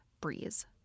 breeze